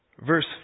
Verse